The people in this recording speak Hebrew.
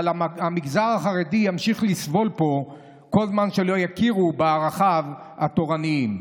אבל המגזר החרדי ימשיך לסבול פה כל זמן שלא יכירו בערכיו התורניים.